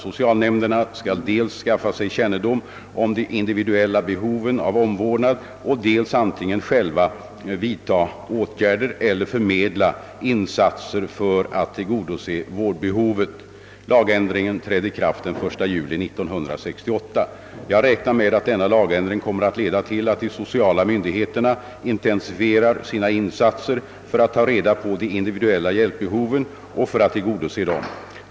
Socialnämnderna skall dels skaffa sig kännedom om de individuella behoven av omvårdnad, dels antingen själva vidta åtgärder eller förmedla insatser för att tillgodose vårdbehovet. Lagändringen trädde i kraft den 1 juli 1968. Jag räknar med att denna lagändring kommer att leda till att de sociala myndigheterna intensifierar sina insatser för att ta reda på de individuella hjälpbehoven och för att tillgodose dem.